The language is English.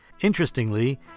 Interestingly